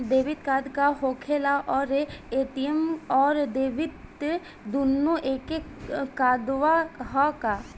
Debit card का होखेला और ए.टी.एम आउर डेबिट दुनों एके कार्डवा ह का?